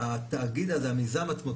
לא המיזם עצמו,